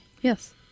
Yes